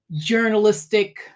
journalistic